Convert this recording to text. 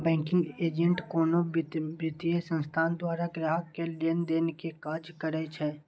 banking agent कोनो वित्तीय संस्थान द्वारा ग्राहक केर लेनदेन के काज करै छै